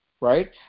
right